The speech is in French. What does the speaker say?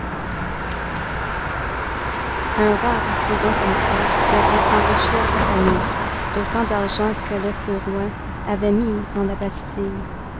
un rare écrivain comme toi devrait enrichir sa famille d'autant d'argent que le feu roi en avait mis en